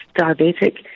diabetic